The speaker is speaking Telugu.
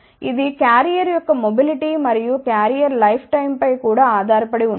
ఇది క్యారియర్ యొక్క మొబిలిటీ మరియు కారియర్ లైఫ్ టైం పై కూడా ఆధారపడి ఉంటుంది